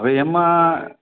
હવે એમાં